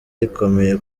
rikomeye